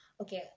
Okay